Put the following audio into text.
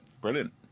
Brilliant